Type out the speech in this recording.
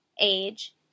age